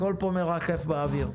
הכול כן מרחף באוויר.